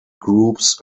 groups